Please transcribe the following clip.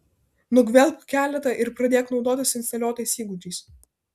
nugvelbk keletą ir pradėk naudotis instaliuotais įgūdžiais